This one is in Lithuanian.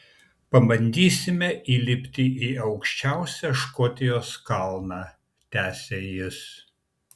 pabandysime įlipti į aukščiausią škotijos kalną tęsė jis